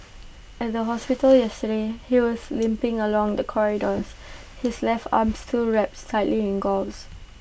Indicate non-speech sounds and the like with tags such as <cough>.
<noise> at the hospital yesterday he was limping along the corridors his left arm still wrapped tightly in gauze